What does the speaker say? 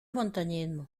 montañismo